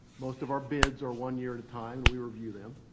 most of our bids are one year at a time and we review them.